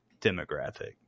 demographic